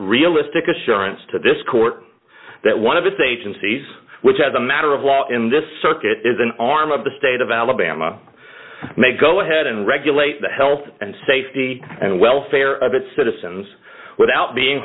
realistic assurance to this court that one of its agencies which as a matter of law in this circuit is an arm of the state of alabama may go ahead and regulate the health and safety and welfare of its citizens without being